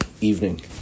evening